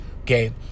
okay